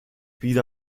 viele